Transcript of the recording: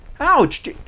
Ouch